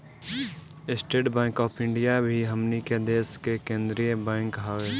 estate bank of India भी हमनी के देश के केंद्रीय बैंक हवे